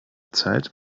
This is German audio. zeit